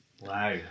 Wow